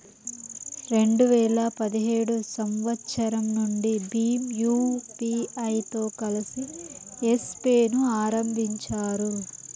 రెండు వేల పదిహేడు సంవచ్చరం నుండి భీమ్ యూపీఐతో కలిసి యెస్ పే ను ఆరంభించారు